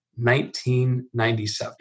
1997